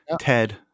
Ted